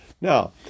Now